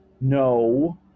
No